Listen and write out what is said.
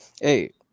Hey